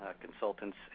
Consultants